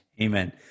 Amen